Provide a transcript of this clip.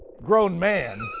grown man.